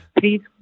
please